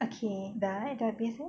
okay dah eh dah habis eh